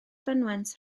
fynwent